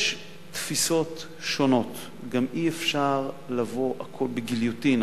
יש תפיסות שונות וגם אי-אפשר לבוא לכול בגיליוטינה,